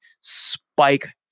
Spike